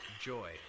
joy